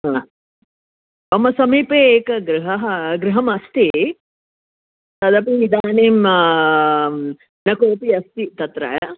हा मम समीपे एक गृहः गृहमस्ति तदपि इदानीं यः कोपि अस्ति तत्र